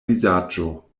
vizaĝo